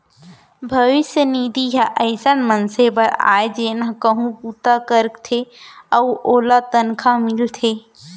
भविस्य निधि ह अइसन मनसे बर आय जेन ह कहूँ बूता करथे अउ ओला तनखा मिलथे